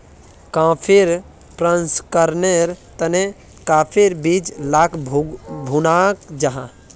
कॉफ़ीर प्रशंकरनेर तने काफिर बीज लाक भुनाल जाहा